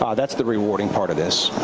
um that's the rewarding part of this.